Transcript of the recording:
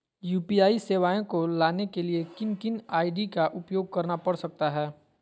UPI सेवाएं को लाने के लिए किन किन आई.डी का उपयोग करना पड़ सकता है?